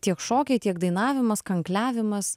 tiek šokiai tiek dainavimas kankliavimas